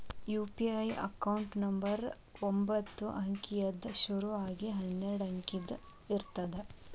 UPI account number ಒಂಬತ್ತ ಅಂಕಿಯಿಂದ್ ಶುರು ಆಗಿ ಹನ್ನೆರಡ ಅಂಕಿದ್ ಇರತ್ತ